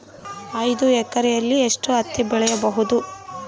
ಐದು ಎಕರೆಯಲ್ಲಿ ಎಷ್ಟು ಹತ್ತಿ ಬೆಳೆಯಬಹುದು?